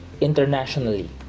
internationally